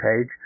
page